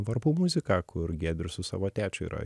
varpų muzika kur giedrius su savo tėčiu yra